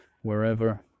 wherever